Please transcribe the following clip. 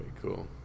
cool